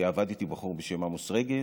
ועבד איתי בחור בשם עמוס רגב,